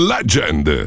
Legend